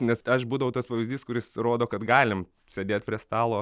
nes aš būdavau tas pavyzdys kuris rodo kad galim sėdėt prie stalo